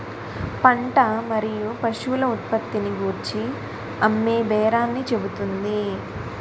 పంట మరియు పశువుల ఉత్పత్తిని గూర్చి అమ్మేబేరాన్ని చెబుతుంది